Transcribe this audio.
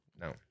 No